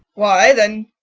why then,